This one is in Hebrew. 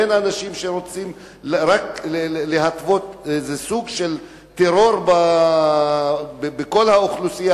בין אנשים שרוצים רק להתוות איזה סוג של טרור בכל האוכלוסייה?